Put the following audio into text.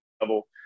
level